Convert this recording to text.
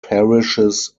parishes